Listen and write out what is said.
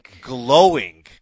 glowing